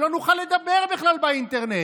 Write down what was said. שלא נוכל לדבר בכלל באינטרנט.